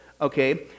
okay